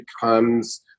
becomes